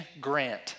grant